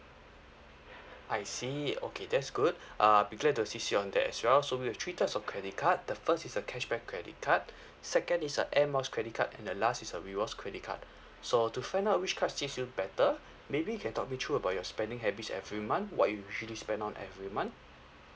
I see okay that's good uh I'll be glad to assist you on that as well so we have three types of credit card the first is a cashback credit card second is a airmiles credit card and the last is a rewards credit card so to find out which cards suits you better maybe you can talk me through about your spending habits every month what you usually spend on every month